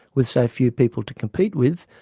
with so few people to compete with,